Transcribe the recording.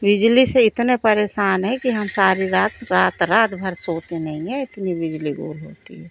बिजली से इतने परेशान हैं कि हम सारी रात रात रातभर सोते नहीं हैं इतनी बिजली गोल होती है